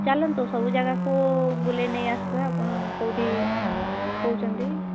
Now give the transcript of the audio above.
ଚାଲନ୍ତୁ ସବୁ ଜାଗାକୁ ବୁଲେଇ ନେଇଆସିବା ଆପଣ କେଉଁଠି କହୁଛନ୍ତି